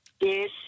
Yes